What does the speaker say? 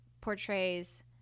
portrays